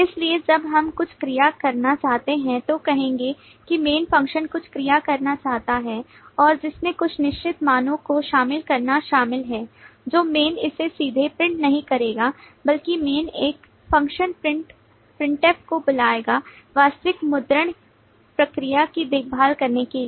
इसलिए जब हम कुछ क्रिया करना चाहते हैं तो कहेंगे कि main funtion कुछ क्रिया करना चाहता है और जिसमें कुछ निश्चित मानों को शामिल करना शामिल है तो main इसे सीधे प्रिंट नहीं करेगा बल्कि main एक फ़ंक्शन printf को बुलाएगा वास्तविक मुद्रण प्रक्रिया की देखभाल करने के लिए